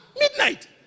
midnight